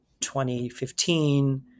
2015